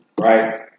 Right